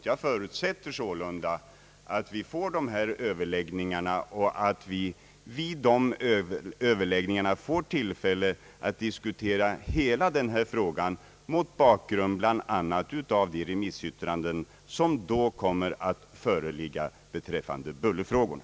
Jag förutsätter sålunda att vi får sådana överläggningar och att vi därvid får tillfälle att diskutera hela denna fråga mot bakgrund bl.a. av de remissyttranden som då kommer att föreligga beträffande bullerfrågorna.